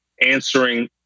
answering